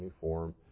form